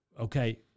Okay